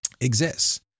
exists